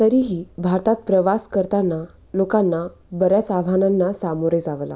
तरीही भारतात प्रवास करताना लोकांना बऱ्याच आव्हानांना सामोरे जावं लागत